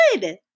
good